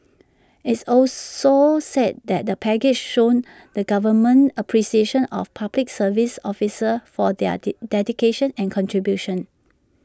its also said the package shows the government's appreciation of Public Service officers for their D dedication and contribution